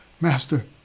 master